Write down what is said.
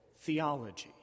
theology